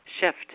Shift